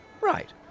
Right